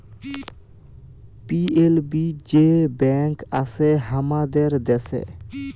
PLB যে bank আসে হামাদের দ্যাশে